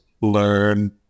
learn